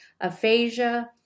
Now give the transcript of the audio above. aphasia